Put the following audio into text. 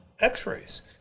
x-rays